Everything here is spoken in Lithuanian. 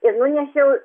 ir nunešiau